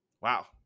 Wow